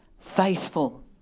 faithful